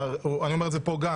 אני אומר את זה פה גם